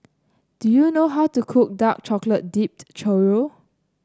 do you know how to cook Dark Chocolate Dipped Churro